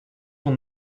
will